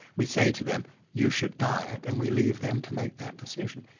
we say to them you should diet and we leave them to make that decision.